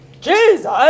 Jesus